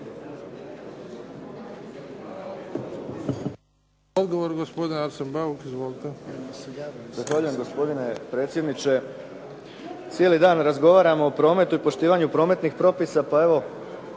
Odgovor gospodin Arsen Bauk. Izvolite. **Bauk, Arsen (SDP)** Zahvaljujem gospodine predsjedniče. Cijeli dan razgovaramo o prometu i poštivanju prometnih propisa, pa evo